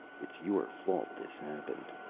it's your fault this happened.